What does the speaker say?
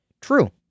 True